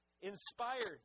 inspired